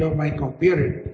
so my computer,